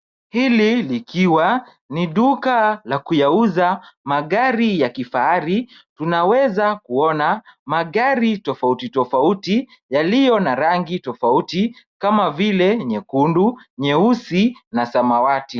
Hili likiwa ni duka la kuyauza magari ya kifahari, tunaweza kuyaona magari tofauti tofauti yaliyo na rangi tofauti kama vile nyekundu, nyeusi na samawati.